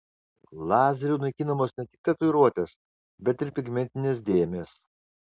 lazeriu naikinamos ne tik tatuiruotės bet ir pigmentinės dėmės